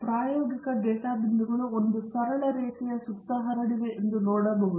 ಪ್ರಾಯೋಗಿಕ ಡೇಟಾ ಬಿಂದುಗಳು ಒಂದು ಸರಳ ರೇಖೆಯ ಸುತ್ತ ಹರಡಿವೆ ಎಂದು ನೀವು ನೋಡಬಹುದು